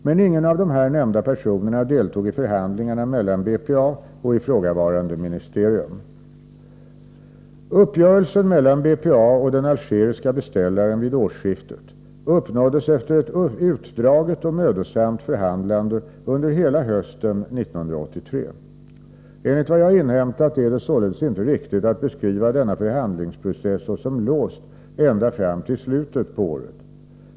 Men ingen av de här nämnda Uppgörelsen mellan BPA och den algeriska beställaren vid årsskiftet uppnåddes efter ett utdraget och mödosamt förhandlande under hela hösten 1983. Enligt vad jag inhämtat är det således inte riktigt att beskriva denna förhandlingsprocess såsom låst ända fram till slutet på året.